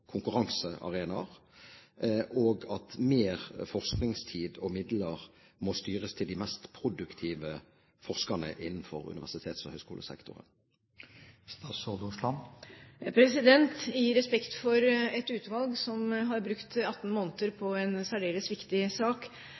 konkurransearenaer, og at mer forskningstid og -midler må styres til de mest produktive forskerne innenfor universitets- og høyskolesektoren. I respekt for et utvalg som har brukt 18 måneder på en særdeles viktig sak,